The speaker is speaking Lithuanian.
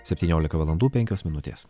septyniolika valandų penkios minutės